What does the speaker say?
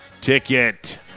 Ticket